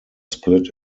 split